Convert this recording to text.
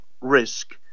risk